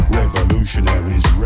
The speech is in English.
revolutionaries